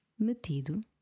metido